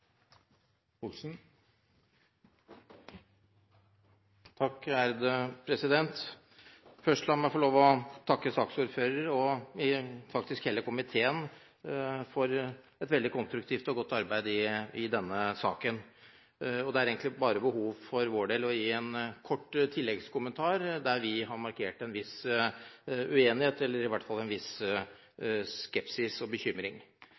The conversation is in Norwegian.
La meg først få lov til å takke saksordføreren – og faktisk hele komiteen – for et veldig konstruktivt og godt arbeid i denne saken. For vår del er det egentlig bare behov for å gi en kort tilleggskommentar til et punkt der vi har markert en viss uenighet, eller i hvert fall en viss skepsis og bekymring.